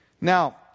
Now